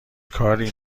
کاری